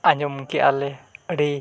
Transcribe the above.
ᱟᱸᱡᱚᱢ ᱠᱮᱫᱟ ᱞᱮ ᱟᱹᱰᱤ